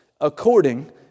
according